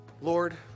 Lord